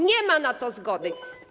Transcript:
Nie ma na to zgody.